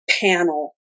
panel